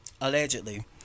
allegedly